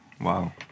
Wow